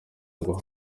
ngo